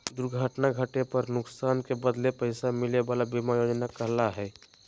दुर्घटना घटे पर नुकसान के बदले पैसा मिले वला बीमा योजना कहला हइ